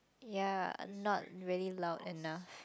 ya I'm not really loud enough